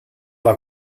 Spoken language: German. war